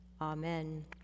amen